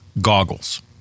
goggles